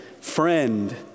friend